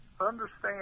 understand